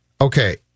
Okay